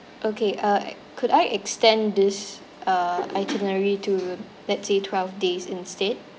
okay uh ac~ could I extend this uh itinerary to let's say twelve days instead